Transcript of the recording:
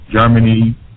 Germany